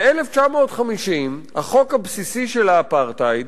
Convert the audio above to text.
ב-1950, החוק הבסיסי של האפרטהייד